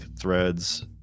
threads